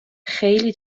خیلی